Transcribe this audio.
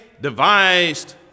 devised